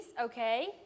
Okay